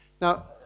Now